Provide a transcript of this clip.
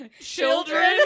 children